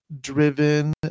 driven